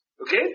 Okay